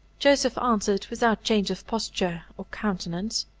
joseph answered, without change of posture or countenance,